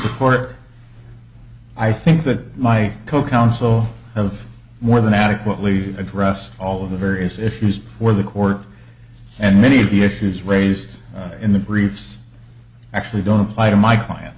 court i think that my co counsel of more than adequately addressed all of the various if used for the court and many of the issues raised in the briefs actually don't apply to my clients